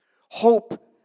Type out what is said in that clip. Hope